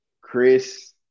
Chris